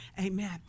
Amen